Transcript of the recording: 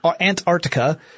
Antarctica